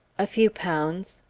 a few pounds.